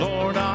Lord